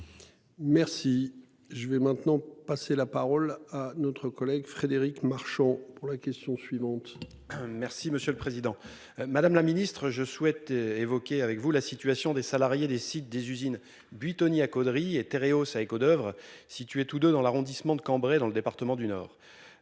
Merci je vais maintenant passer la parole à notre collègue Frédéric Marchand pour la question suivante. Merci, monsieur le Président Madame la Ministre je souhaite évoquer avec vous la situation des salariés des sites des usine Buitoni à Caudry et Théréau Escaudoeuvres. Situés tous 2 dans l'arrondissement de Cambrai, dans le département du Nord.